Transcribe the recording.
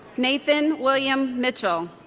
nathan william mitchell